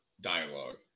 dialogue